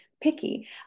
picky